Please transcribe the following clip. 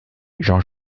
jean